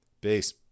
Peace